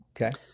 Okay